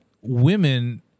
women